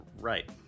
Right